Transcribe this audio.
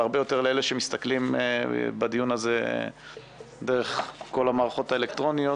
אבל הרבה יותר לאלה שמסתכלים בדיון הזה דרך כל המערכות האלקטרוניות,